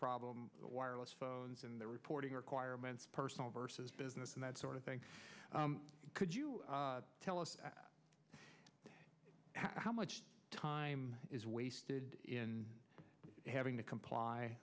problem the wireless phones and the reporting requirements personal vs business and that sort of thing could you tell us how much time is wasted in having to comply